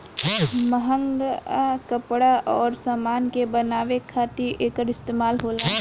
महंग कपड़ा अउर समान के बनावे खातिर एकर इस्तमाल होला